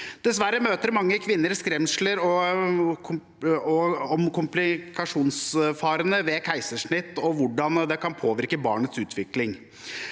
Dessverre møter mange kvinner skremsler om komplikasjonsfarene ved keisersnitt og hvordan det kan påvirke barnets utvikling.